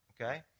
okay